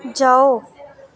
जाओ